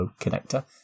connector